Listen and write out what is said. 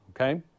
Okay